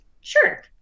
sure